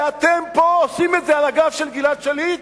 ואתם עושים את זה פה על הגב של גלעד שליט?